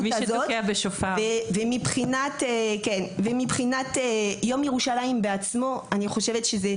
באשר ליום ירושלים והנס עצמו,